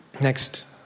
next